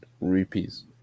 rupees